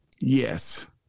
yes